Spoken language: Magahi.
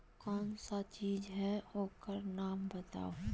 कौन सा चीज है ओकर नाम बताऊ?